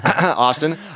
Austin